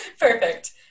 Perfect